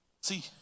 See